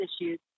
issues